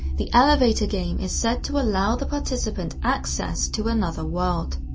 the elevator game is said to allow the participant access to another world.